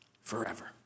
forever